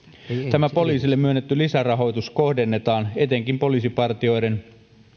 tämä poliisille myönnetty lisärahoitus kohdennetaan etenkin poliisipartioiden